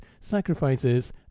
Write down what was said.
sacrifices